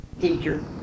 teacher